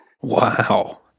Wow